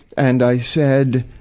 and i said,